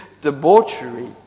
debauchery